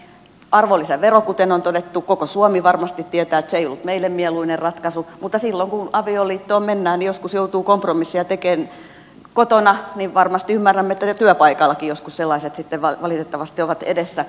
arvonlisävero kuten on todettu koko suomi varmasti tietää että se ei ollut meille mieluinen ratkaisu mutta silloin kun avioliittoon mennään niin joskus joutuu kompromisseja tekemään kotona joten varmasti ymmärrämme että työpaikallakin joskus sellaiset valitettavasti ovat edessä